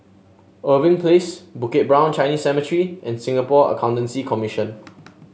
Irving Place Bukit Brown Chinese Cemetery and Singapore Accountancy Commission